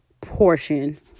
portion